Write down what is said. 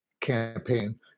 campaign